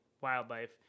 wildlife